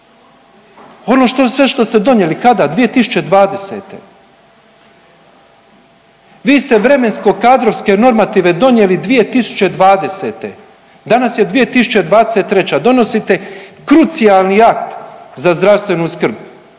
Ono sve što ste donijeli kada 2020., vi ste vremensko kadrovske normative donijeli 2020., danas je 2023. donosite krucijalni akt za zdravstvenu skrb,